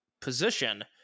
position